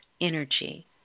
energy